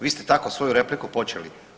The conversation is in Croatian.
Vi ste tako svoju repliku počeli.